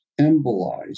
embolize